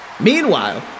Meanwhile